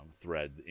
thread